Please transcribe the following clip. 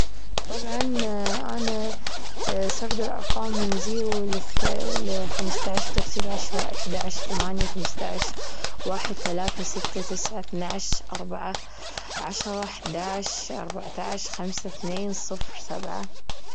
طبعًا أنا سرد الأرقام من زيرو لخمستاش بترتيب عشوائي حداش، ثمانية، خمستاش، واحد، ثلاثة، ستة، تسعة، إتناش، أربعة عشرة، حداش، أربعتاش، خمسة، اتنين، صفر سبعة.